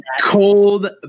Cold